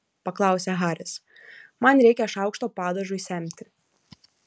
paklausė haris man reikia šaukšto padažui semti